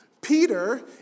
Peter